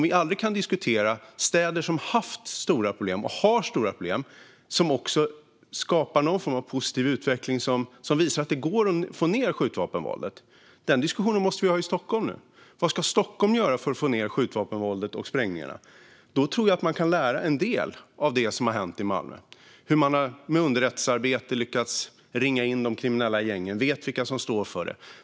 Vi måste kunna diskutera städer som har haft och har stora problem men skapar någon form av positiv utveckling som visar att det går att få ned skjutvapenvåldet. Den diskussionen måste vi ha i Stockholm nu. Vad ska Stockholm göra för att få ned skjutvapenvåldet och sprängningarna? Jag tror att man kan lära en del av det som har hänt i Malmö - hur man med underrättelsearbete har lyckats ringa in de kriminella gängen och vet vilka som står för våldet.